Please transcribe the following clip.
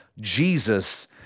Jesus